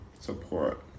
Support